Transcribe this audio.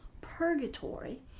purgatory